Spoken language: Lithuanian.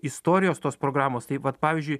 istorijos tos programos tai vat pavyzdžiui